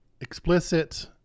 explicit